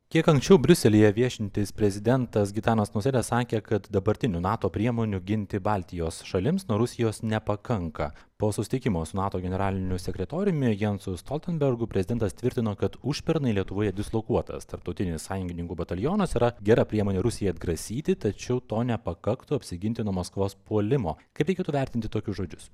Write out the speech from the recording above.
kiek anksčiau briuselyje viešintis prezidentas gitanas nausėda sakė kad dabartinių nato priemonių ginti baltijos šalims nuo rusijos nepakanka po susitikimo su nato generaliniu sekretoriumi jansu stoltenbergu prezidentas tvirtino kad užpernai lietuvoje dislokuotas tarptautinis sąjungininkų batalionas yra gera priemonė rusijai atgrasyti tačiau to nepakaktų apsiginti nuo maskvos puolimo kaip reikėtų vertinti tokius žodžius